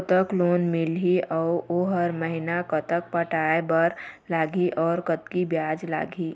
कतक लोन मिलही अऊ हर महीना कतक पटाए बर लगही, कतकी ब्याज लगही?